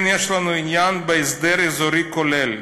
יש לנו עניין בהסדר אזורי כולל,